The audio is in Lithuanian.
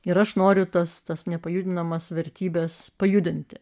ir aš noriu tas tas nepajudinamas vertybes pajudinti